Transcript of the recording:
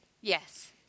Yes